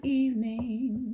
evening